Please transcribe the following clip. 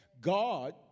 God